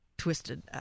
Twisted